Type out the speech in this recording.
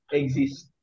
exist